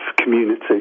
community